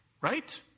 Right